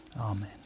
Amen